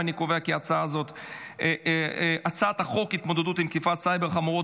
ההצעה להעביר את הצעת חוק התמודדות עם תקיפות סייבר חמורות